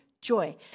joy